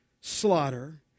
Slaughter